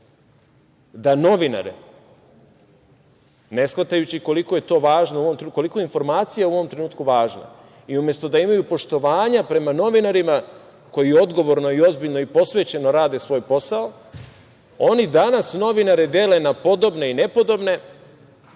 u ovom trenutku, koliko je informacija u ovom trenutku važna, i umesto da imaju poštovanja prema novinarima koji odgovorno i ozbiljno i posvećeno rade svoj posao, oni danas novinare dele na podobne i nepodobne